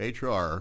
HR